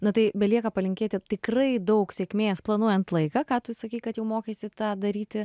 na tai belieka palinkėti tikrai daug sėkmės planuojant laiką ką tu sakei kad jau mokaisi tą daryti